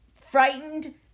frightened